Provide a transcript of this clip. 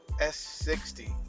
s60